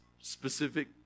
specific